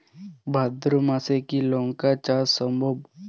ভাদ্র মাসে কি লঙ্কা চাষ সম্ভব?